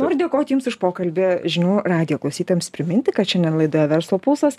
noriu dėkoti jums už pokalbį žinių radijo klausytojams priminti kad šiandien laidoje verslo pulsas